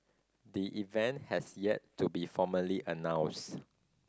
the event has yet to be formally announced